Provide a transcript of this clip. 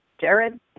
Jared